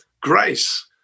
grace